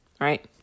right